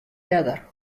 earder